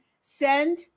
send